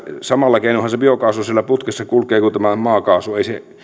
samalla keinollahan se biokaasu siellä putkessa kulkee kuin tämä maakaasu ei se